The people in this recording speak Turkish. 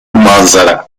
manzara